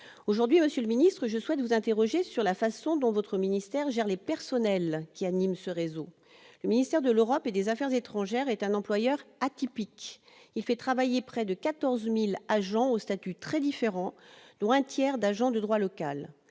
Aujourd'hui, monsieur le secrétaire d'État, je souhaite vous interroger sur la façon dont votre ministère gère les personnels qui animent ce réseau. Le ministère de l'Europe et des affaires étrangères est un employeur atypique : il fait travailler près de 14 000 agents aux statuts très différents, dont un tiers d'agents de droit local.